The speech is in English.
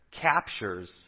captures